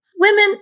women